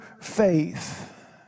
faith